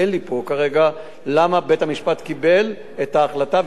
אין לי פה כרגע נימוקים למה בית-המשפט קיבל את ההחלטה,